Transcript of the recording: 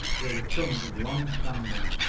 they were chums of long standing.